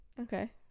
okay